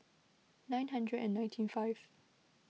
nine hundred and ninety five